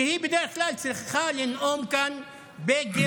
שהיא בדרך כלל צריכה לנאום כאן בגרמנית.